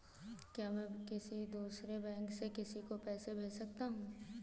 क्या मैं किसी दूसरे बैंक से किसी को पैसे भेज सकता हूँ?